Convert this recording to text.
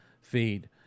feed